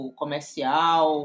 comercial